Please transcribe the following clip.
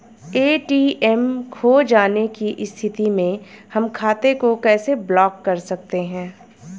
ATM खो जाने की स्थिति में हम खाते को कैसे ब्लॉक कर सकते हैं?